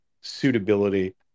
suitability